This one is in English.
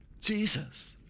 Jesus